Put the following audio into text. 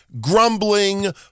grumbling